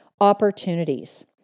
opportunities